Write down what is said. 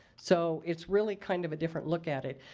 so, it's really kind of a different look at it.